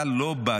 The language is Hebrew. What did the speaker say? אתה לא בא,